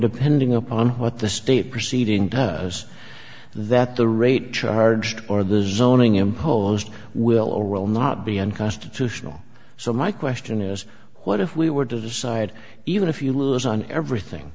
depending upon what the state proceeding does that the rate charged or the zoning imposed will or will not be unconstitutional so my question is what if we were to decide even if you lose on everything